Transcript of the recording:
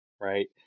right